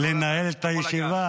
אה, נכון, יש פה קינלי.